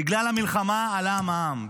בגלל המלחמה עלה המע"מ,